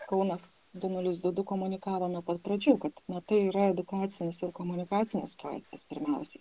kaunas du nulis du du komunikavo nuo pat pradžių kaip na tai yra edukacinis ir komunikacinis projektas pirmiausiai